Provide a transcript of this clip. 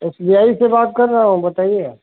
S B I से बात कर रहा हूँ बताइए